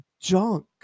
junk